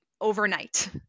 overnight